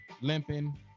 limping